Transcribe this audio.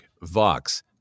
Vox